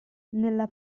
nella